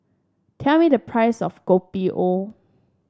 tell me the price of Kopi O